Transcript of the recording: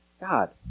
God